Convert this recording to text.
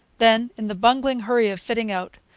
then, in the bungling hurry of fitting out,